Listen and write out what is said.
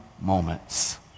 moments